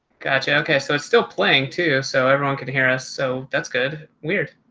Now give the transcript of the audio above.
gotcha. okay, so it's still playing too so everyone can hear us so that's good weird